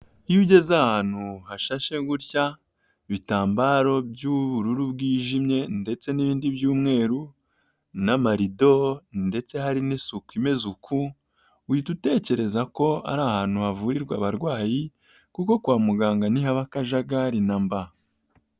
Iyo ugeze ahantu hashashe gutya, ibitambaro by'ubururu bwijimye ndetse n'ibindi by'umweru, n'amarido, ndetse hari n'isuku imeze uku, uhita utekereza ko ari ahantu havurirwa abarwayi, kuko kwa muganga ntihaba akajagari na mba.